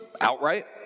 outright